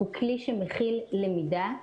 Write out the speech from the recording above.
שמכיל למידה.